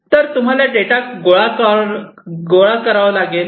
तर तुम्हाला डेटा गोळा करावा लागेल